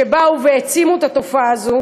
שהעצימו את התופעה הזאת